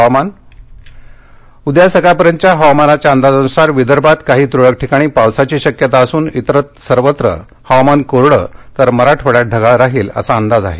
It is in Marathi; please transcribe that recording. हवामान उद्या सकाळपर्यंतच्या हवामानाच्या अंदाजानुसार विदर्भात काही तुरळक ठिकाणी पावसाची शक्यता असून इतर सर्वत्र हवामान कोरडं तर मराठवाङ्यात ढगाळ राहील असं अंदाज आहे